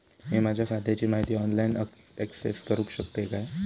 मी माझ्या खात्याची माहिती ऑनलाईन अक्सेस करूक शकतय काय?